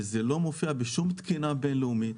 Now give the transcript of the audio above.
שזה לא מופיע בשום תקינה בין לאומית,